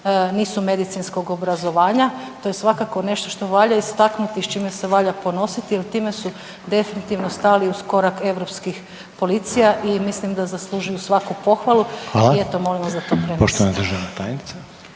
nisu medicinskog obrazovanja. To je svakako nešto što valja istaknuti i s čime se valja ponositi jer time se definitivno stali uz korak europskih policija i mislim da zaslužuju svaku pohvalu i eto molim vas to